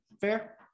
fair